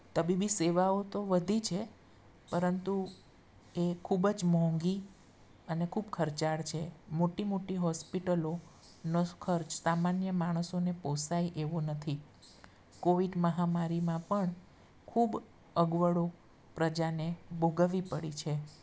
તબીબી સેવાઓ તો વધી છે પરંતુ એ ખૂબ જ મોંઘી અને ખૂબ ખર્ચાળ છે મોટી મોટી હોસ્પિટલોનો ખર્ચ સામાન્ય માણસોને પોસાય એવો નથી કોવિડ મહામારીમાં પણ ખૂબ અગવડો પ્રજાને ભોગવવી પડી છે